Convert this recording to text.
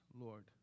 Lord